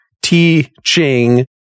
teaching